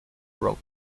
wrote